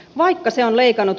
vaikka se on leikannut